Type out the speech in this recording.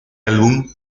álbum